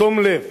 בתום לב